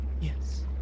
Yes